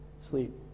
Sleep